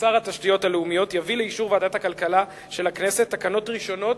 ששר התשתיות הלאומיות יביא לאישור ועדת הכלכלה של הכנסת תקנות ראשונות